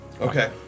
Okay